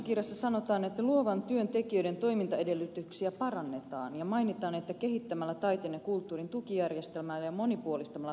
budjettikirjassa sanotaan että luovan työn tekijöiden toimintaedellytyksiä parannetaan ja mainitaan että kehittämällä taiteen ja kulttuurin tukijärjestelmää ja monipuolistamalla taiteilijoiden toimeentulomahdollisuuksia